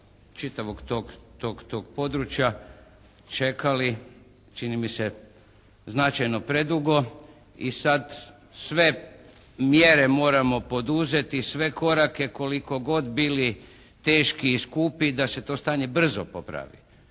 čitavog tog područja čekali čini mi se značajno predugo i sad sve mjere moramo poduzeti, sve korake, koliko god bili teški i skupi da se to stanje brzo popravi.